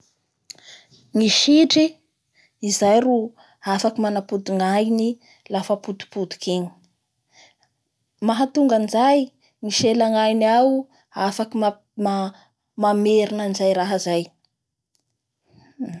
Ny sitry izay ro afaky manapody ny ainy lafa potipotiky igny ma-mamerina an'izay raha zay.